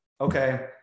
okay